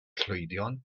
llwydion